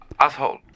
Asshole